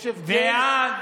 יש הבדל.